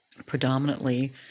predominantly